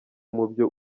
mubyo